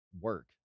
work